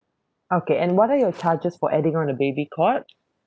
okay and what are your charges for adding on a baby cot